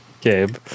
Gabe